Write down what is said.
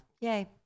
yay